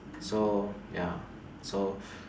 so ya so